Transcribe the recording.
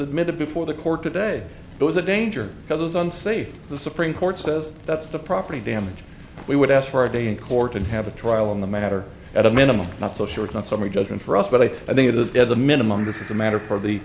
admitted before the court today it was a danger to others unsafe the supreme court says that's the property damage and we would ask for a day in court and have a trial on the matter at a minimum not so sure it's not summary judgment for us but i think it is as a minimum this is a matter for the